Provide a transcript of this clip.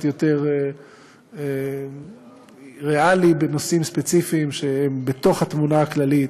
יותר ריאלי בנושאים ספציפיים שהם בתוך התמונה הכללית.